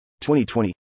2020